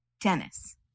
Dennis